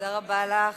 תודה רבה לך,